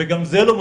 וגם זה לא מספיק,